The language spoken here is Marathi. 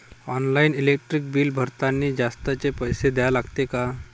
ऑनलाईन इलेक्ट्रिक बिल भरतानी जास्तचे पैसे द्या लागते का?